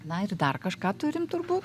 na ir dar kažką turim turbūt